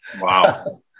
wow